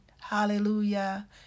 Hallelujah